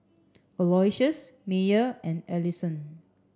Aloysius Meyer and Allyson